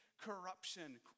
corruption